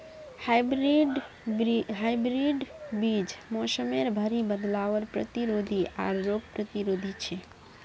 hybrid बीज मोसमेर भरी बदलावर प्रतिरोधी आर रोग प्रतिरोधी छे